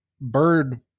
bird